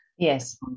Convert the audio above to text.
Yes